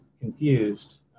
confused